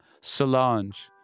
Solange